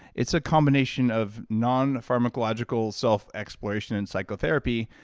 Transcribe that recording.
it's a combination of nonpharmacological self-exploration and psychotherapy,